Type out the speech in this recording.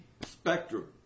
spectrum